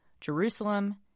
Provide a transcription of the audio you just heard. Jerusalem